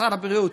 משרד הבריאות,